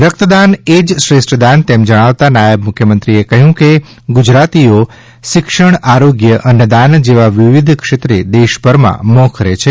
રક્તદાન એ જ શ્રેષ્ઠ દાન તેમ જણાવતાં નાયબ મુખ્યમંત્રીએ કહ્યું કે ગુજરાતીઓ શિક્ષણ આરોગ્યઅન્નદાન જેવા વિવિધ ક્ષેત્રે દેશભરમાં મોખરે છે